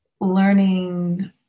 Learning